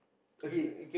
okay